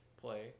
play